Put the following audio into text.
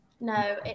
No